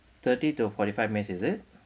thirty to forty five minutes is it